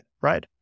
right